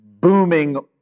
booming